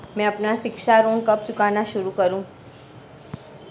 मैं अपना शिक्षा ऋण कब चुकाना शुरू करूँ?